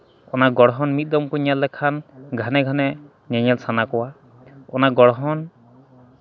ᱚᱱᱟ ᱜᱚᱲᱦᱚᱱ ᱢᱤᱫ ᱫᱚᱢ ᱠᱚ ᱧᱮᱞ ᱞᱮᱠᱷᱟᱱ ᱜᱷᱟᱱᱮ ᱜᱷᱟᱱᱮ ᱧᱮᱧᱮᱞ ᱥᱟᱱᱟ ᱠᱚᱣᱟ ᱚᱱᱟ ᱜᱚᱲᱦᱚᱱ